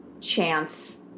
Chance